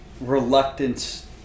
reluctance